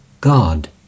God